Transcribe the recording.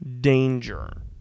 danger